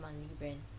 Mani brand